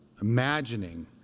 imagining